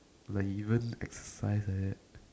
like he even exercise eh